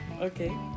okay